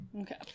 Okay